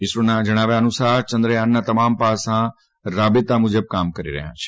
ઇસરોના જણાવ્યા મુજબ ચંદ્રયાનનાં તમામ પાસાં રાબેતા મુજબ કાર્ય કરી રહ્યાં છે